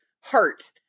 heart